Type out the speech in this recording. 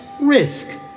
risk